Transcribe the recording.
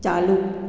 चालू